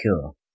cool